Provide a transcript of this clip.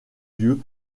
lieu